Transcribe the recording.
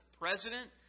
president